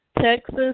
Texas